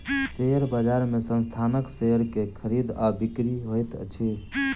share बजार में संस्थानक शेयर के खरीद आ बिक्री होइत अछि